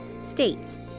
states